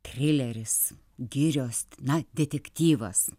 trileris girios na detektyvas